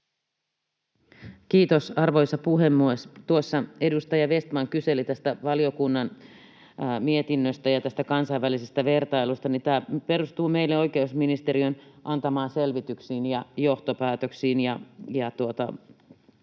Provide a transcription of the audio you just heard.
Kiitos, arvoisa puhemies! Tuossa edustaja Vestman kyseli tästä valiokunnan mietinnöstä ja tästä kansainvälisestä vertailusta. Tämä perustuu oikeusministeriön meille antamiin selvityksiin ja johtopäätöksiin.